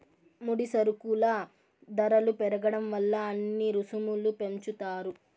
ముడి సరుకుల ధరలు పెరగడం వల్ల అన్ని రుసుములు పెంచుతారు